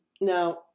Now